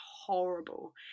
horrible